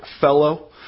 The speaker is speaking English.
fellow